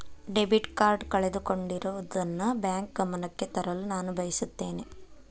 debit card ಕಳೆದುಕೊಂಡಿರುವುದನ್ನು bank ಗಮನಕ್ಕೆ ತರಲು ನಾನು ಬಯಸುತ್ತೇನೆ